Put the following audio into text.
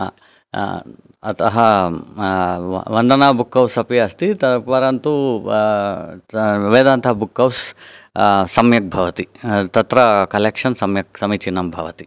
अतः Vandana book house अपि अस्ति परन्तु वेदान्ता बुक् हौस् सम्यक् भवति तत्र कलेक्षन् सम्यक् समीचीनं भवति